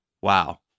Wow